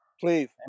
please